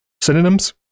synonyms